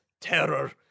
terror